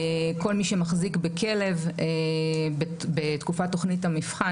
כל מי שמחזיק בכלב בתקופת תוכנית המבחן